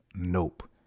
nope